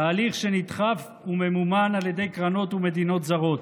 תהליך שנדחף וממומן על ידי קרנות ומדינות זרות.